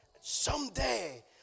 Someday